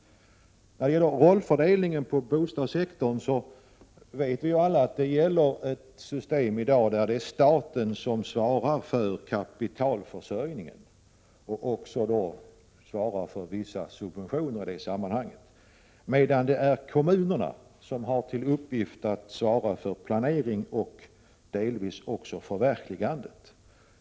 I fråga om rollfördelningen inom bostadssektorn vet vi alla att där gäller ett system där staten svarar för kapitalförsörjningen och också för vissa subventioner i sammanhanget, medan kommunerna har till uppgift att svara för planering och delvis också förverkligande.